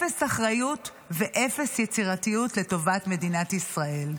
אפס אחריות ואפס יצירתיות לטובת מדינת ישראל.